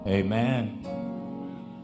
Amen